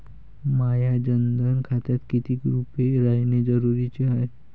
माह्या जनधन खात्यात कितीक रूपे रायने जरुरी हाय?